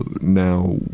Now